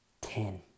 ten